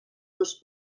dos